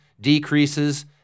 decreases